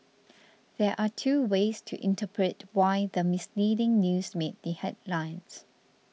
there are two ways to interpret why the misleading news made the headlines